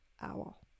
owl